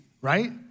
right